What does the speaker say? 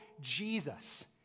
Jesus